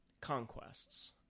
conquests